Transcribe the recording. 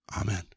Amen